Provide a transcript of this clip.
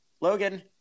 Logan